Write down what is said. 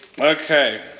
Okay